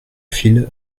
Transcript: file